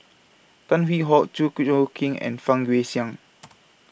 Tan Hwee Hock Chew Choo Keng and Fang Guixiang